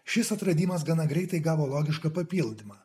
šis atradimas gana greitai gavo logišką papildymą